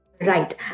Right